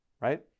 right